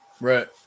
right